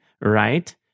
right